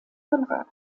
konrad